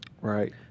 Right